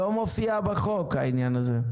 לא מופיע בחוק העניין הזה.